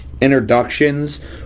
introductions